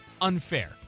unfair